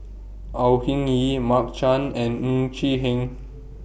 Au Hing Yee Mark Chan and Ng Chee Hen